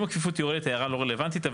אם הכפיפות יורדת, הערה לא רלבנטית.